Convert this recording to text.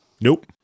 Nope